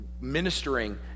ministering